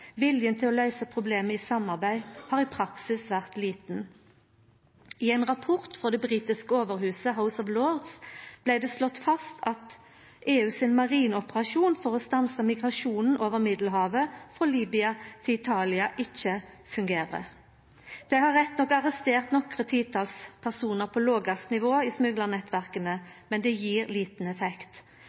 Viljen til å løysa problem i samarbeid har i praksis vore liten. I ein rapport frå det britiske overhuset House of Lords blei det slått fast at EUs marineoperasjon for å stansa migrasjonen over Middelhavet frå Libya til Italia ikkje fungerer. Dei har rett nok arrestert nokre titalls personar på lågaste nivå i smuglarnettverka, men det gjev liten effekt.